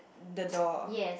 the door